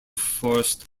forest